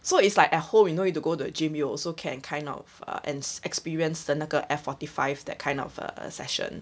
so it's like at home you no need to go to the gym you also can kind of er ex~ experienced the 那个 F forty five that kind of err session